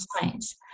science